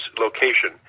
location